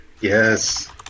Yes